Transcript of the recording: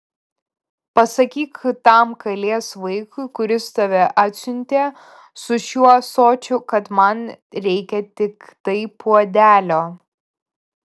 pasakyk tam kalės vaikui kuris tave atsiuntė su šiuo ąsočiu kad man reikia tiktai puodelio